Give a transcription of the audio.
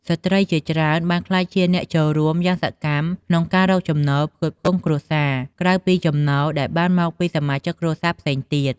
ស្ត្រីជាច្រើនបានក្លាយជាអ្នកចូលរួមយ៉ាងសកម្មក្នុងការរកចំណូលផ្គត់ផ្គង់គ្រួសារ ក្រៅពីចំណូលដែលបានមកពីសមាជិកគ្រួសារផ្សេងទៀត។